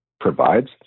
provides